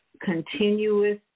continuous